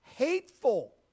hateful